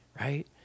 right